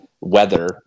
weather